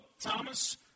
Thomas